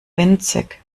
winzig